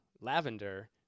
lavender